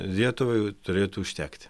lietuvai turėtų užtekti